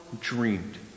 dreamed